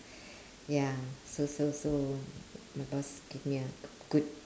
ya so so so my boss gave me a good